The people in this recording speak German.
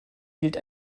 gilt